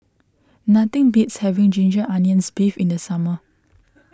nothing beats having Ginger Onions Beef in the summer